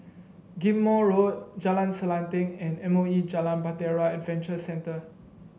Ghim Moh Road Jalan Selanting and M O E Jalan Bahtera Adventure Centre